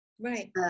Right